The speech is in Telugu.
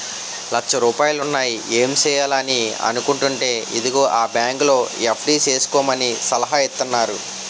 లచ్చ రూపాయలున్నాయి ఏం సెయ్యాలా అని అనుకుంటేంటే అదిగో ఆ బాంకులో ఎఫ్.డి సేసుకోమని సలహా ఇత్తన్నారు